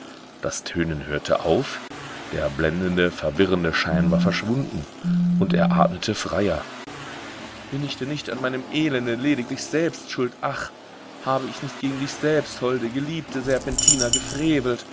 das tönen hörte auf der blendende verwirrende schein war verschwunden und er atmete freier bin ich denn nicht an meinem elende lediglich selbst schuld ach habe ich nicht gegen dich selbst holde geliebte serpentina